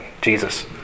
Jesus